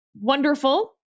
wonderful